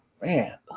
Man